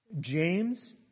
James